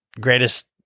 Greatest